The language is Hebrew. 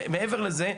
מעבר לזה,